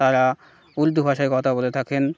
তারা উর্দু ভাষায় কথা বলে থাকেন